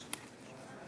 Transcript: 35 מתנגדים, אחד נמנע.